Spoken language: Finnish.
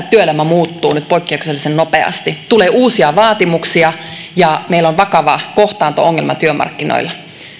työelämä muuttuu nyt poikkeuksellisen nopeasti tulee uusia vaatimuksia ja meillä on vakava kohtaanto ongelma työmarkkinoilla